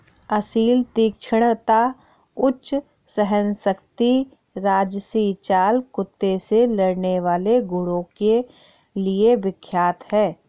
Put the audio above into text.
असील तीक्ष्णता, उच्च सहनशक्ति राजसी चाल कुत्ते से लड़ने वाले गुणों के लिए विख्यात है